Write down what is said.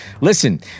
Listen